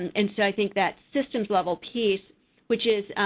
and and so i think that systems level piece which is,